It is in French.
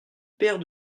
paire